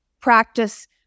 practice